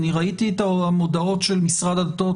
ראיתי את המודעות של משרד הדתות,